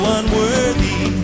unworthy